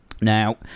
Now